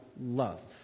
love